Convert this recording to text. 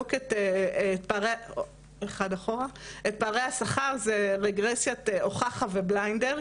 לבדוק את פערי השכר זה רגרסיית Oaxaca ו-Blinder,